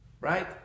Right